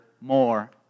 more